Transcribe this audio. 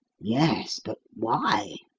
yes, but why?